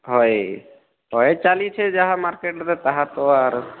ହଏ ହଏ ଚାଲିଛେ ଯାହା ମାର୍କେଟରେ ତାହା ତ ଆରୁ